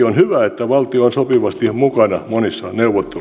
on hyvä että valtio on sopivasti mukana monissa neuvotteluissa